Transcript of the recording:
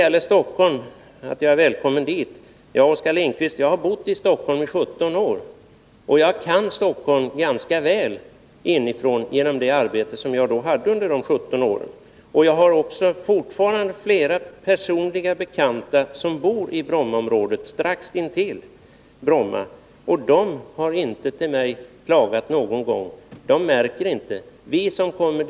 Oskar Lindkvist säger att jag är välkommen till Stockholm. Ja, jag har bott i Stockholm i 17 år och kan Stockholm ganska väl inifrån genom det arbete som jag hade under de åren. Jag har fortfarande flera personliga bekanta i Nr 53 Brommaområdet strax intill Bromma flygplats. De har inte klagat någon gång. De märker inte olägenheterna.